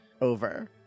over